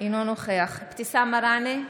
אינו נוכח אבתיסאם מראענה,